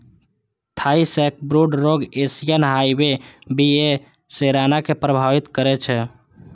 Thai sacbrood रोग Asian hive बी.ए सेराना कें प्रभावित करै छै